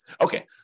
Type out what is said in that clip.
Okay